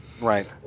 Right